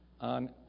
on